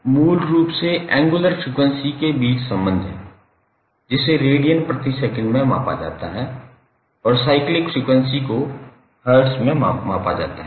तो यह मूल रूप से एंगुलर फ्रीक्वेंसी के बीच संबंध है जिसे रेडियन प्रति सेकंड में मापा जाता है और साइक्लिक फ्रीक्वेंसी को हर्ट्ज में मापा जाता है